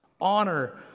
Honor